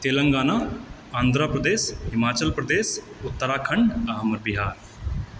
तेलंगाना आंध्र प्रदेश हिमाचल प्रदेश उत्तराखंड आ हमर बिहार